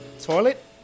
toilet